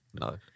No